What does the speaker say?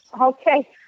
Okay